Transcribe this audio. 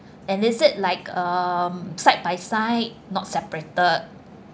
and is it like um side by side not separated